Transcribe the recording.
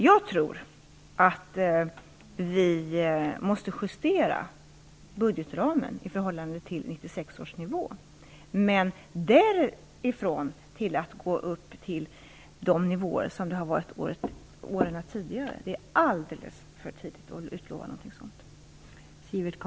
Jag tror att vi måste justera budgetramen i förhållande till 1996 års nivå, men därifrån till att gå upp till de nivåer som varit åren innan är någonting som det är alldeles för tidigt att utlova.